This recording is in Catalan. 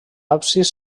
absis